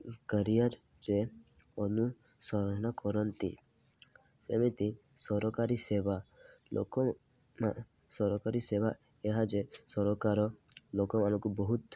କାରିୟରରେ ଅନୁସରଣ କରନ୍ତି ଏମିତି ସରକାରୀ ସେବା ଲୋକ ସରକାରୀ ସେବା ଏହା ଯେ ସରକାର ଲୋକମାନଙ୍କୁ ବହୁତ